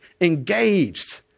engaged